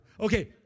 Okay